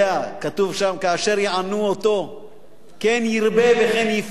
כתוב שם: "כאשר יענו אתו כן ירבה וכן יפרץ".